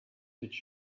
did